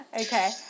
okay